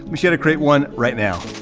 um sure to create one right now.